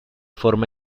forma